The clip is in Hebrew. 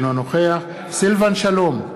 אינו נוכח סילבן שלום,